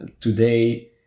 Today